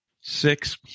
six